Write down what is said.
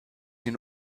den